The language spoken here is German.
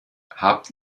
habt